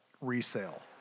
resale